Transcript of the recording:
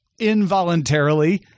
involuntarily